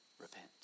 Repent